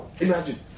Imagine